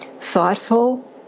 thoughtful